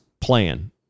Plan